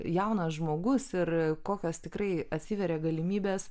jaunas žmogus ir kokios tikrai atsiveria galimybės